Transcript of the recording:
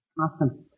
Awesome